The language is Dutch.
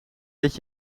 dit